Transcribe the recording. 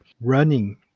running